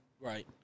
right